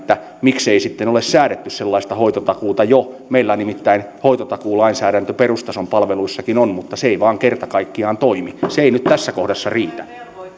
miksei sitten ole säädetty sellaista hoitotakuuta jo meillä nimittäin hoitotakuulainsäädäntö perustason palveluissakin on mutta se ei vain kerta kaikkiaan toimi se ei nyt tässä kohdassa riitä